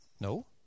No